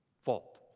fault